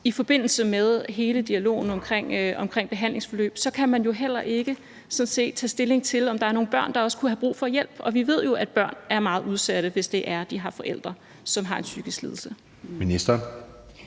i forbindelse med hele dialogen omkring behandlingsforløbet, så kan man jo sådan set heller ikke tage stilling til, om der er nogen børn, der også kunne have brug for hjælp, og vi ved jo, at børn er meget udsatte, hvis det er, de har forældre, som har en psykisk lidelse. Kl.